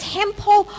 temple